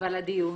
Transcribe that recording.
ועל הדיון.